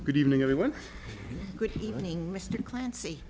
good evening everyone good evening mr clancy